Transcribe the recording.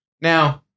Now